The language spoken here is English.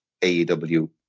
AEW